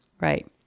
Right